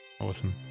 Awesome